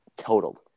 totaled